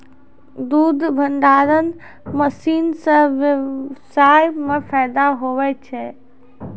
दुध भंडारण मशीन से व्यबसाय मे फैदा हुवै छै